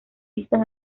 listas